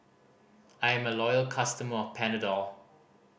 I am a loyal customer of Panadol